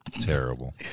Terrible